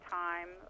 time